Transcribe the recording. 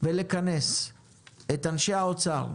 ולכנס את אנשי משרד האוצר,